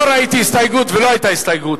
לא ראיתי הסתייגות, ולא היתה הסתייגות.